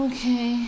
Okay